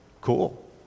cool